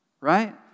right